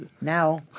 Now